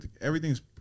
Everything's